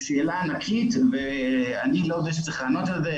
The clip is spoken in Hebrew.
זו שאלה ענקית ואני לא זה שצריך לענות על זה.